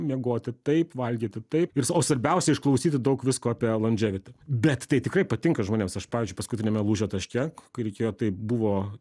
miegoti taip valgyti taip ir o svarbiausia išklausyti daug visko apie landževiti bet tai tikrai patinka žmonėms aš pavyzdžiui paskutiniame lūžio taške kai reikėjo tai buvo